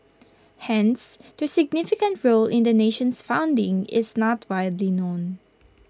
hence their significant role in the nation's founding is not widely known